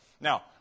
Now